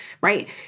right